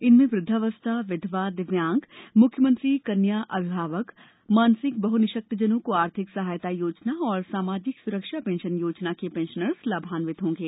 इनमें वृद्धावस्था विधवा दिव्यांग मुख्यमंत्री कन्या अभिभावक मानसिक बहु निशक्तजनों को आर्थिक सहायता योजना और सामाजिक सुरक्षा पेंशन योजना के पेंशनर्स लाभान्वित होंगे